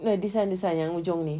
no this [one] this [one] yang hujung ni